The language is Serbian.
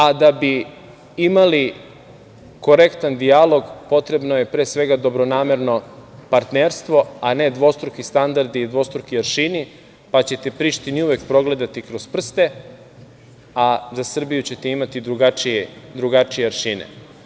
A da bi imali korektan dijalog potrebno je pre svega, dobronamerno partnerstvo, a ne dvostruki standardi, dvostruki aršini, pa ćete Prištini uvek progledati kroz prste, a za Srbiju ćete imati drugačije aršine.